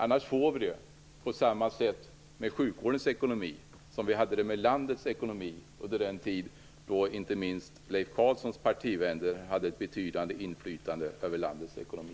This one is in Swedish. Annars får vi det på samma sätt med sjukvårdens ekonomi som vi hade det med landets ekonomi under den tid då inte minst Leif Carlsons partivänner hade ett betydande inflytande över landets ekonomi.